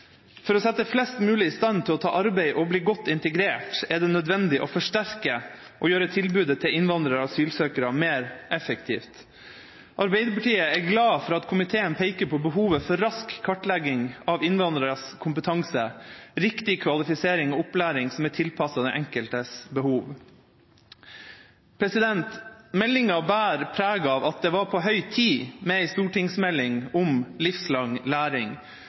For å sette flest mulig i stand til å ta arbeid og bli godt integrert er det nødvendig å forsterke og gjøre tilbudet til innvandrere og asylsøkere mer effektivt. Arbeiderpartiet er glad for at komiteen peker på behovet for rask kartlegging av innvandreres kompetanse, riktig kvalifisering og opplæring som er tilpasset den enkeltes behov. Meldinga bærer preg av at det var på høy tid med en stortingsmelding om livslang læring.